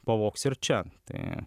pavogs ir čia tai